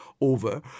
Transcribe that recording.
over